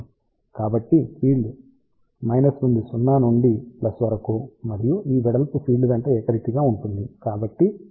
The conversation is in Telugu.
కాబట్టి ఫీల్డ్ నుండి 0 నుండి వరకు ఉంటుంది మరియు ఈ వెడల్పు ఫీల్డ్ వెంట ఏకరీతిగా ఉంటుంది